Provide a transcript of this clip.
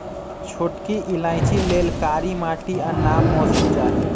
छोटकि इलाइचि लेल कारी माटि आ नम मौसम चाहि